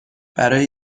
برای